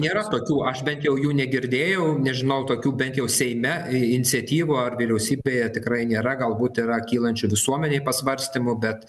nėra tokių aš bent jau jų negirdėjau nežinau tokių bent jau seime iniciatyvų ar vyriausybėje tikrai nėra galbūt yra kylančių visuomenėj pasvarstymų bet